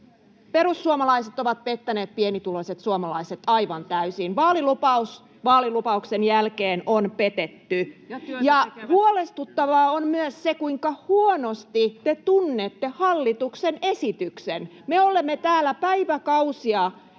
Perussuomalaiset ovat pettäneet pienituloiset suomalaiset aivan täysin. Vaalilupaus vaalilupauksen jälkeen on petetty. Huolestuttavaa on myös se, kuinka huonosti te tunnette hallituksen esityksen. Me olemme täällä päiväkausia